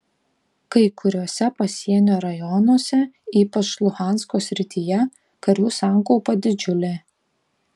kai kuriuose pasienio rajonuose ypač luhansko srityje karių sankaupa didžiulė